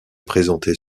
présenter